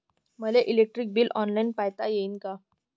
मले electric bill online पायता येईन का?